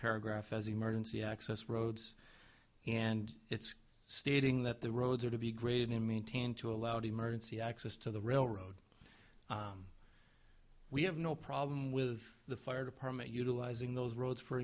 paragraph as emergency access roads and it's stating that the roads are to be graded in maintained to allow the emergency access to the railroad we have no problem with the fire department utilizing those roads for